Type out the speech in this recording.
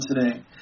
today